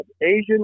Asian